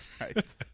Right